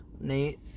Nate